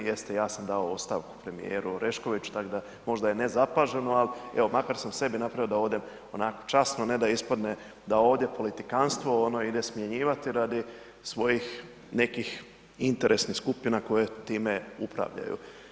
Jeste, ja sam dao ostavku premjeru Oreškoviću, tako da možda je nezapaženo, ali makar sam sebi napravio, da ovdje, časno ne da ispadne da ovdje politikantstvo ono ide smanjivati radi svojih nekih interesnih skupina koje time upravljaju.